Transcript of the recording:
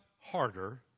harder